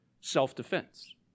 self-defense